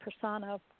persona